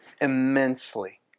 immensely